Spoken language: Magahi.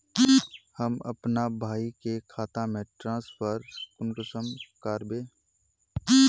हम अपना भाई के खाता में ट्रांसफर कुंसम कारबे?